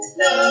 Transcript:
no